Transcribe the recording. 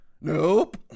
Nope